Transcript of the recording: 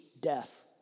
death